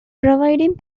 providing